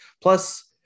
Plus